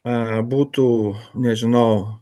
a būtų nežinau